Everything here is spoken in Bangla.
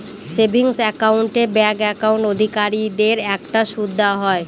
সেভিংস একাউন্ট এ ব্যাঙ্ক একাউন্ট অধিকারীদের একটা সুদ দেওয়া হয়